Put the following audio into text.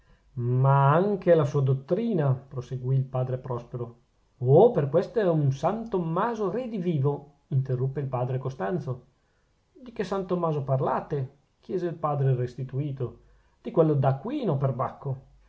ma anche la sua dottrina proseguì il padre prospero oh per questo è un san tommaso redivivo interruppe il padre costanzo di che san tommaso parlate chiese il padre restituto di quello d'aquino per bacco ah